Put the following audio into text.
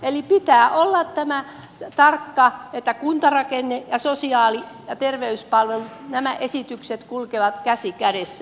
eli pitää olla tarkka että kuntarakennetta ja sosiaali ja terveyspalveluita koskevat esitykset kulkevat kä si kädessä